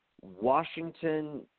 washington